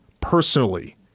personally